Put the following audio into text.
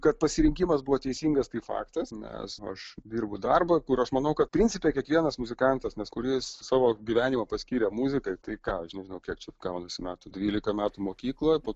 kad pasirinkimas buvo teisingas tai faktas nes aš dirbu darbą kur aš manau kad principe kiekvienas muzikantas nes kuris savo gyvenimą paskyrė muzikai tai ką aš nežinau kiek čia gaunasi metų dvylika metų mokykloj po